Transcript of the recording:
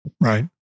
right